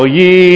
ye